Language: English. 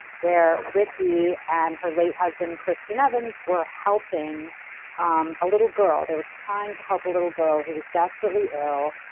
where ricki and her late husband, christian evans were helping um a little girl, they were trying to help a little girl who was desperately ill,